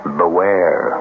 beware